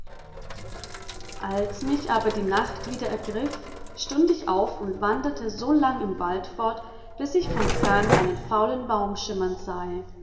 als mich aber die nacht wieder ergriff stund ich auf und wanderte so lang im wald fort bis ich von fern einen faulen baum schimmern sahe